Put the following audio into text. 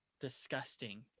disgusting